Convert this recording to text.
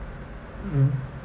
mm